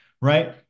right